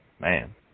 man